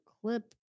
clip